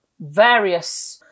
various